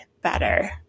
better